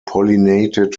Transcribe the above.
pollinated